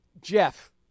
jeff